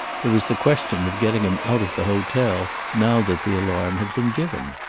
there was the question of getting him out of the hotel, now that the alarm had been given.